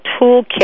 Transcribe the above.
toolkit